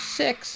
six